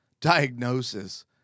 diagnosis